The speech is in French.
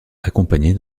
accompagnées